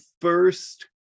first